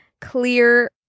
clear